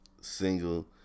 single